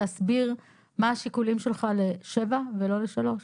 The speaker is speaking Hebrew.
להסביר מה השיקולים שלך לשבע ולא לשלוש?